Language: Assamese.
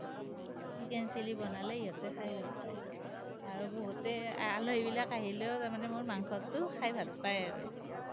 চিকেন চিলি বনালে ইহঁতে খাই ভাল পায় আৰু বহুতে আলহীবিলাক আহিলেও তাৰমানে মোৰ মাংসটো খাই ভাল পায় আৰু